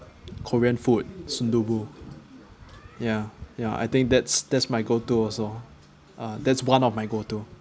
korean food sundubu ya ya I think that's that's my go to also uh that's one of my go to